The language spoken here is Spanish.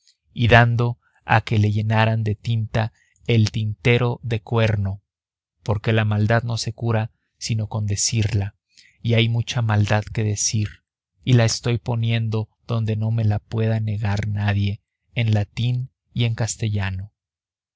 y dando a que le llenaran de tinta el tintero de cuerno porque la maldad no se cura sino con decirla y hay mucha maldad que decir y la estoy poniendo donde no me la pueda negar nadie en latín y en castellano